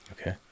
okay